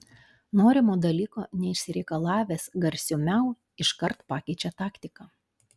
norimo dalyko neišsireikalavęs garsiu miau iškart pakeičia taktiką